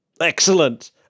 Excellent